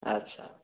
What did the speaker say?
ଆଚ୍ଛା